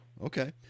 Okay